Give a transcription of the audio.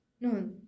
No